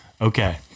Okay